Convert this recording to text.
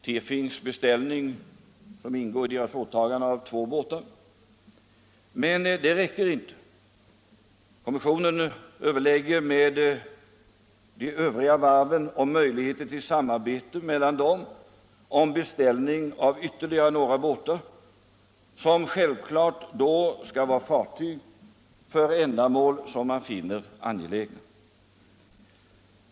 Det finns en beställning på två båtar som ingår i åtagandet. Men detta räcker inte. Kommissionen överlägger med de övriga varven om möjligheter till samarbete mellan dem om beställning av ytterligare några båtar, som självfallet då skall vara fartyg för ändamål som man finner angelägna.